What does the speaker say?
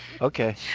Okay